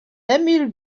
emil